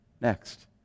next